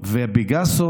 ופגסוס,